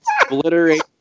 obliterate